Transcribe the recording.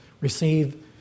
Receive